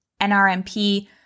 NRMP